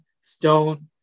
stone